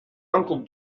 uncle